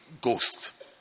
Ghost